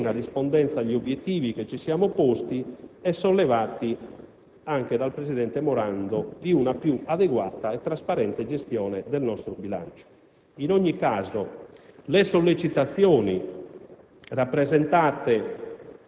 allo scopo di verificarne la piena rispondenza agli obiettivi che ci siamo posti, sollevati anche dal presidente Morando, di una più adeguata e trasparente gestione del nostro bilancio. In ogni caso, le sollecitazioni